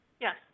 yes